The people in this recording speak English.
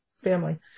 family